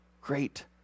great